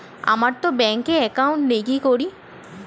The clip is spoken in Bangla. আমারতো ব্যাংকে একাউন্ট নেই কি করি?